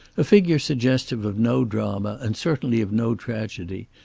a figure suggestive of no drama and certainly of no tragedy,